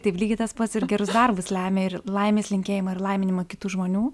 taip lygiai tas pats ir gerus darbus lemia ir laimės linkėjimą ir laiminimą kitų žmonių